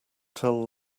tell